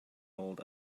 old